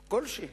כלשהי.